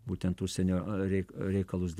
būtent užsienio rei reikalus